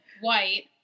white